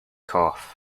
cough